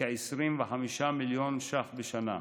כ-25 מיליון ש"ח בשנה,